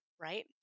right